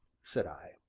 said i.